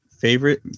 favorite